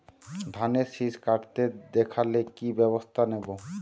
ধানের শিষ কাটতে দেখালে কি ব্যবস্থা নেব?